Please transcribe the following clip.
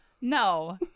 No